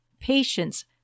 patience